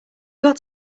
got